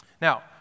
Now